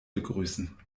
begrüßen